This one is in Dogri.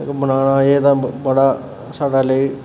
बनाना एह्दा बड़ा साढ़े लेई